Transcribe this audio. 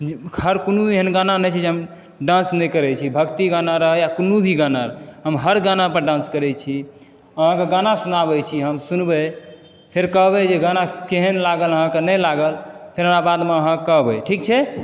हर कोनो एहन गाना नहि छै जाहिपर हम डान्स नहि करैछी भक्ति गाना रहै या कोनो भी गाना रहै हम हर गानापर डान्स करैछी अहाँके गाना सुनाबै छी हम सुनबै फेर कहबै जे गाना केहन लागल अहाँके नहि लागल फेर हमरा बादमे अहाँ कहबै ठीक छै